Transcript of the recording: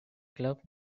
club